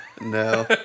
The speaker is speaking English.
No